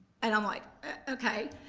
and i'm like okay.